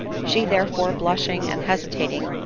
she, therefore, blushing, and hesitating,